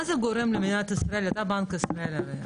אתה בנק ישראל,